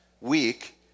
week